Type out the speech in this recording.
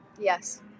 yes